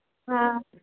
हा